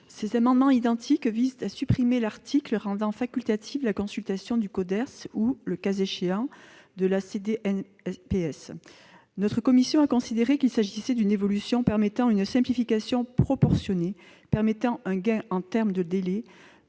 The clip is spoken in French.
Ces amendements identiques visent à supprimer l'article rendant facultative la consultation du Coderst ou, le cas échéant, de la CDNPS. La commission spéciale a considéré qu'il s'agissait d'une évolution permettant une simplification proportionnée, offrant un gain en termes de délai